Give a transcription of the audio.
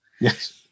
Yes